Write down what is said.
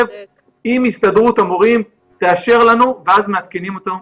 אם הסתדרות המורים תאשר לנו ואז מעדכנים אותנו?